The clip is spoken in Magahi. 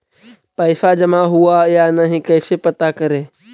पैसा जमा हुआ या नही कैसे पता करे?